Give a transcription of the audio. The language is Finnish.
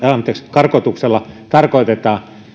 karkotuksella tarkoitetaan